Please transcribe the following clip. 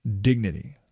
dignity